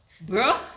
Bro